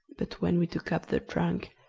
but when we took up the trunk,